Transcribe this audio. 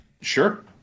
Sure